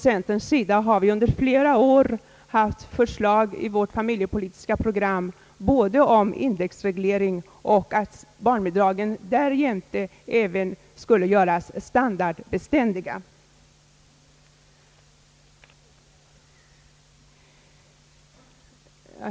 Centerpartiet har under flera år haft förslag i vårt familjepolitiska program både om indexreglering och om att barnbidragen därjämte skulle göras standardbeständiga.